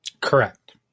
Correct